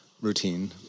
routine